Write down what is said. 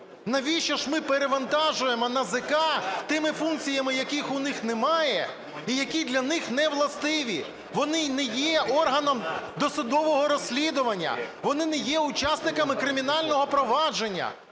Навіщо ж ми перевантажуємо НАЗК тими функціями, яких у них немає і які для них невластиві? Вони не є органом досудового розслідування, вони не є учасниками кримінального провадження.